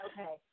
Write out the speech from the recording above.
Okay